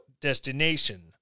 destination